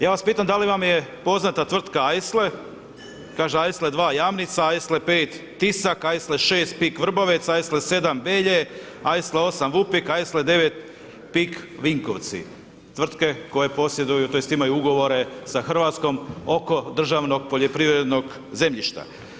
Ja vas pitam da li vam poznata tvrtka Aisle, kaže Aisle 2 Jamnica, Aisle 5 Tisak, Aisle 6 PIK Vrbovec, Aisle 7 Belje, Aisle 8 Vupik, Aisle 9 PIK Vinkovci, tvrtke koje posjeduju tj. imaju ugovore sa Hrvatskom oko državnog poljoprivrednog zemljišta.